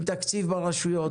עם הרשויות.